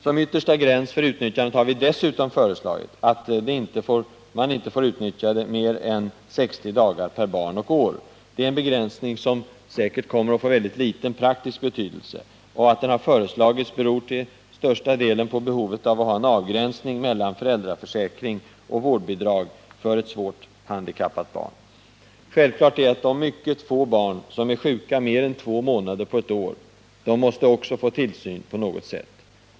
Som yttersta gräns för utnyttjandet har vi dessutom föreslagit att man inte skall få vara ledig mer än 60 dagar per barn och år. Det är en begränsning som säkert kommer att få mycket liten praktisk betydelse. Att den har föreslagits beror till största delen på behovet av att ha en avgränsning mellan föräldraförsäkring och vårdbidrag för handikappade barn. Det är självklart att de mycket få barn som är sjuka mer än två månader per år också måste få tillsyn på något sätt.